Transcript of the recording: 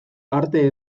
arte